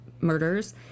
murders